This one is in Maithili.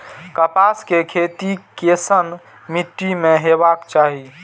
कपास के खेती केसन मीट्टी में हेबाक चाही?